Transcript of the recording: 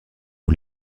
aux